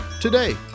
today